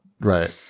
Right